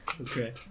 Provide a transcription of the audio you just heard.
Okay